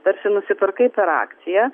tarsi nusipirkai per akciją